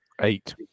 eight